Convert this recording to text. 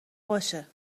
باشه